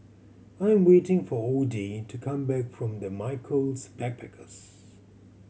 I'm waiting for Odie to come back from the Michaels Backpackers